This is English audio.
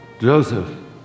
Joseph